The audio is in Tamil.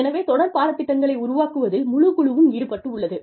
எனவே தொடர் பாடத் திட்டங்களை உருவாக்குவதில் முழு குழுவும் ஈடுபட்டுள்ளது